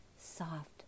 soft